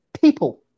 people